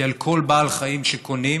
כי על כל בעל חיים שקונים